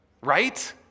Right